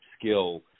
skill